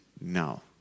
now